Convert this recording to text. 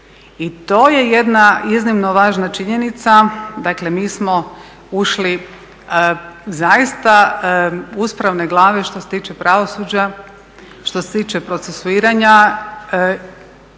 I to je jedna iznimno važna činjenica, dakle mi smo ušli zaista uspravne glave što se tiče pravosuđa, što se tiče procesuiranja.